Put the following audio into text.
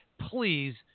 please